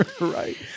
Right